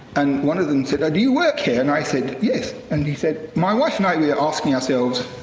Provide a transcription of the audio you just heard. and one of them said, oh, do you work here? and i said, yes. and he said, my wife and i, we were asking ourselves,